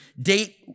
date